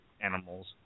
animals